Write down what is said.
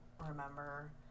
remember